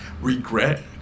regret